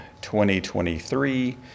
2023